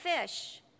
fish